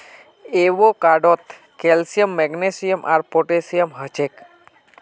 एवोकाडोत calcium magnesium आर potassium हछेक